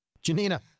Janina